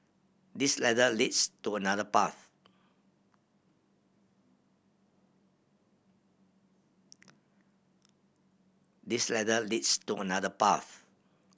this ladder leads to another path this ladder leads to another path